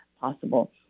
possible